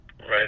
right